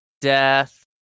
death